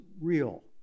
real